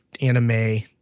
anime